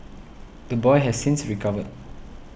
the boy has since recovered